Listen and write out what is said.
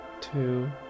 two